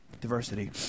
Diversity